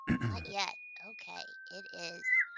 not yet. okay. it is.